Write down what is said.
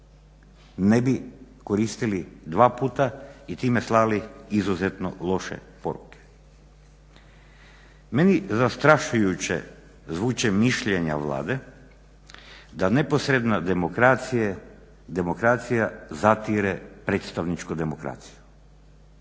ne bi koristili dva puta i time slali izuzetno loše poruke. Meni zastrašujuće zvuče mišljenja Vlade da neposredna demokracija zatire predstavničku demokraciju.